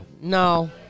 no